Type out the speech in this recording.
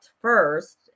first